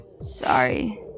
Sorry